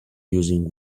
using